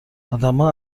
آدما